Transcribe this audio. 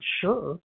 sure